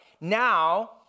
Now